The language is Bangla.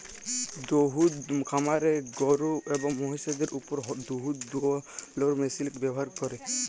দুহুদ খামারে গরু এবং মহিষদের উপর দুহুদ দুয়ালোর মেশিল ব্যাভার ক্যরে